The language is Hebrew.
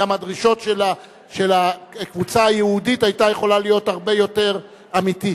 גם הדרישות של הקבוצה היהודית היו יכולות להיות הרבה יותר אמיתיות.